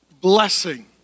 blessing